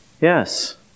Yes